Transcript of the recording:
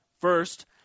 First